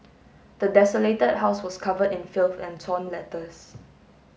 the desolated house was covered in filth and torn letters